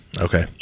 Okay